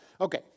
okay